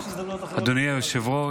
התשפ"ד 2024,